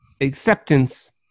acceptance